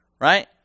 right